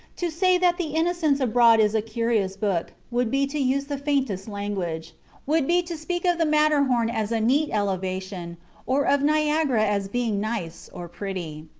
to say that the innocents abroad is a curious book, would be to use the faintest language would be to speak of the matterhorn as a neat elevation or of niagara as being nice or pretty.